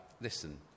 listen